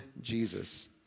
Jesus